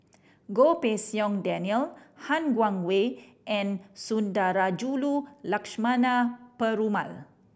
Goh Pei Siong Daniel Han Guangwei and Sundarajulu Lakshmana Perumal